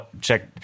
check